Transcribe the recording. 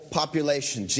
population